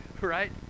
right